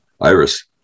Iris